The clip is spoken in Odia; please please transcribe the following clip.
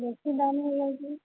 ବେଶୀ ଦାମ୍ ହୋଇଯାଉଛି